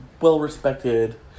well-respected